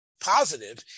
positive